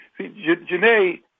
Janae